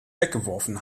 weggeworfen